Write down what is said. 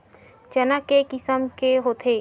चना के किसम के होथे?